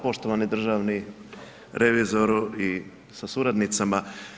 Poštovani državni revizoru i sa suradnicama.